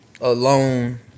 alone